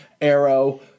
Arrow